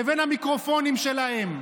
לבין המיקרופונים שלהם.